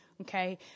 okay